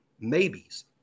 maybes